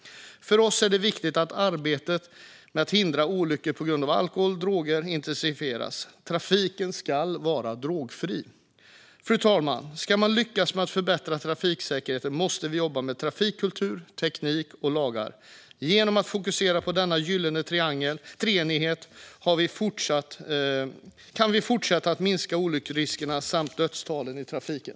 För oss är det viktigt att arbetet med att förhindra olyckor på grund av alkohol och droger intensifieras. Trafiken ska vara drogfri. Fru talman! Ska vi lyckas med att förbättra trafiksäkerheten måste vi jobba med trafikkultur, teknik och lagar. Genom att fokusera på denna gyllene treenighet kan vi fortsätta att minska olycksriskerna och dödstalen i trafiken.